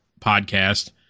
podcast